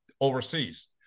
overseas